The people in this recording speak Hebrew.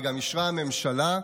וגם אישרה הממשלה,